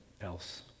else